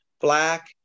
black